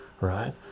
right